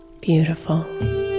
beautiful